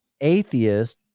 atheist